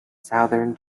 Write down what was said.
southern